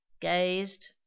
gazed